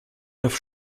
neuf